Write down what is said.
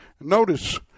Notice